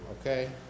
okay